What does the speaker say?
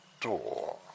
door